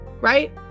right